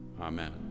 Amen